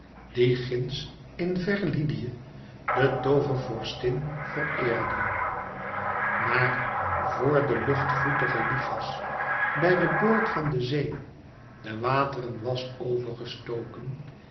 die ginds in ver lydië de toovervorstin vereerde maar vor de luchtvoetige lichas bij den boord van de zee de wateren was